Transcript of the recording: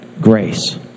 grace